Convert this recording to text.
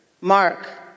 Mark